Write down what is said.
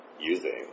Using